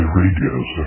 radios